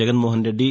Jaganmohan Reddy